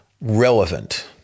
relevant